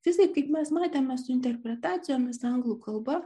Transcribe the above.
visai kaip mes matėme su interpretacijomis anglų kalba